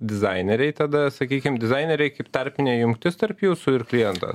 dizaineriai tada sakykim dizaineriai kaip tarpinė jungtis tarp jūsų ir kliento